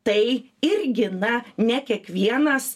tai irgi na ne kiekvienas